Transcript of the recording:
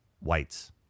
whites